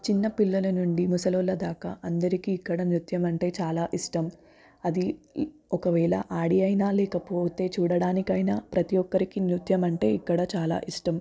చిన్నపిల్లలనుండి ముసలోల్ల దాకా అందరికీ ఇక్కడ నృత్యం అంటే చాలా ఇష్టం అది ఒకవేళ ఆడి అయినా లేకపోతే చూడడానికైనా ప్రతిఒక్కరికీ నృత్యం అంటే ఇక్కడ చాలా ఇష్టం